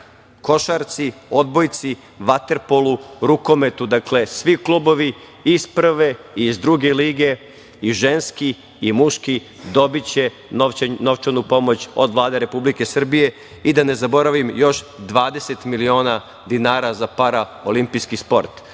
košarci, odbojci, vaterpolu, rukometu, dakle, svi klubovi iz prve i iz druge lige i ženski i muški dobiće novčanu pomoć od Vlade Republike Srbije i da ne zaboravim još 20 miliona dinara za paraolimpijski sport. Dakle,